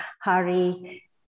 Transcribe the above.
Hari